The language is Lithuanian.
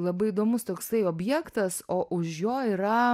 labai įdomus toksai objektas o už jo yra